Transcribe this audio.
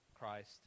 Christ